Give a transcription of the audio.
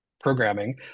programming